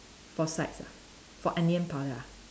for sides ah for onion powder ah